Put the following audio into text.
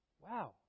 Wow